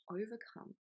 overcome